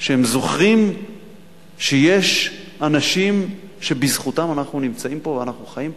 שהם זוכרים שיש אנשים שבזכותם אנחנו נמצאים פה ואנחנו חיים פה?